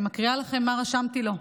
אני מקריאה לכם מה רשמתי לו: